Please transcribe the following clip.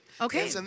Okay